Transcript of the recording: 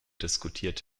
diskutiert